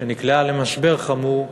שנקלעה למשבר חמור,